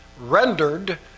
rendered